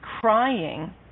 crying